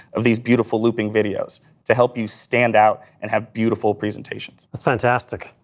of these beautiful looping videos to help you stand out and have beautiful presentations. that's fantastic.